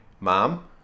Mom